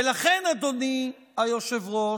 ולכן, אדוני היושב-ראש,